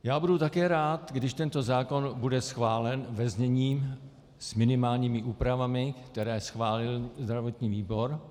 Já budu také rád, když tento zákon bude schválen ve znění s minimálními úpravami, které schválil zdravotní výbor.